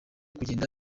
kugenda